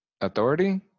authority